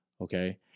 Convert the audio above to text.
Okay